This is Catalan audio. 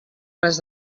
res